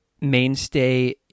mainstay